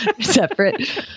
separate